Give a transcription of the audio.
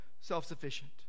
self-sufficient